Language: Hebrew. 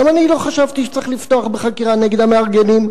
גם אני לא חשבתי שצריך לפתוח בחקירה נגד המארגנים.